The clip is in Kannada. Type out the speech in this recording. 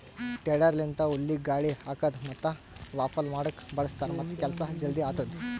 ಟೆಡರ್ ಲಿಂತ ಹುಲ್ಲಿಗ ಗಾಳಿ ಹಾಕದ್ ಮತ್ತ ವಾಫಲ್ ಮಾಡುಕ್ ಬಳ್ಸತಾರ್ ಮತ್ತ ಕೆಲಸ ಜಲ್ದಿ ಆತ್ತುದ್